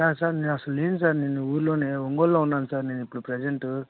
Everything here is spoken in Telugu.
సార్ నేను అసలు లేను సార్ నేను ఊరిలోనే ఒంగోల్లో ఉన్నాను సార్ నేనిప్పుడు ప్రెసెంట్